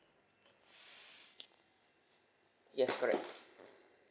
yes correct